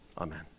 Amen